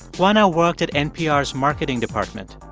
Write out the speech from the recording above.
juana worked at npr's marketing department.